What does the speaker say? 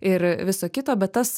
ir viso kito bet tas